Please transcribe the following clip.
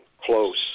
close